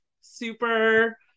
super